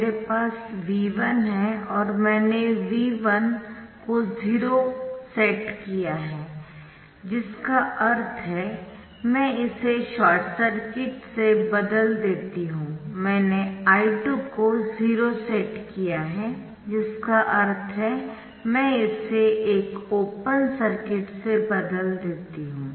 मेरे पास V1 है और मैंने V1 0 सेट किया है जिसका अर्थ है मैं इसे शॉर्ट सर्किट से बदल देती हूं मैंने I2 0 सेट किया है जिसका अर्थ है मैं इसे एक ओपन सर्किट से बदल देती हूं